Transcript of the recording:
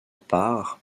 part